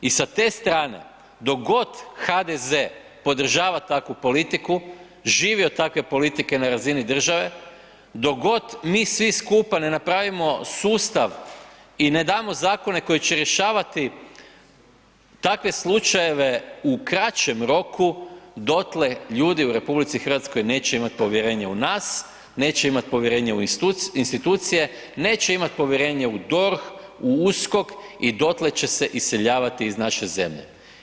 I sa te strane dok god HDZ podržava takvu politiku, živi od takve politike na razini države, dok god mi svi skupa ne napravimo sustav i ne damo zakone koji će rješavati takve slučajeve u kraćem roku dotle ljudi u RH neće imati povjerenja u nas, neće imati povjerenja u institucije, neće imati povjerenje u DORH u USKOK i dotle će se iseljavati iz naše zemlje.